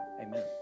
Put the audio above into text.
Amen